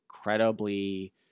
incredibly